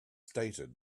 stated